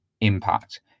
impact